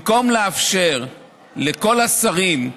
במקום לאפשר לכל השרים,